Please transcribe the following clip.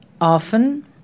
often